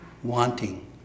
Wanting